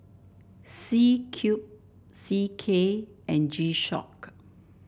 C Cube C K and G Shock